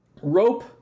rope